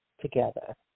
together